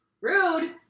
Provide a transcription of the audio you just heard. Rude